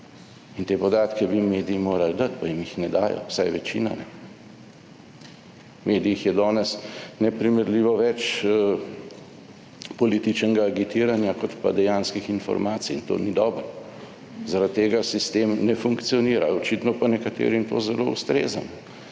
In te podatke bi mediji morali dati, pa jim jih ne dajo, vsaj večina ne. V medijih je danes neprimerljivo več političnega agitiranja kot pa dejanskih informacij, in to ni dobro, zaradi tega sistem ne funkcionira. Očitno pa nekaterim to zelo ustreza.